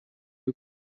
who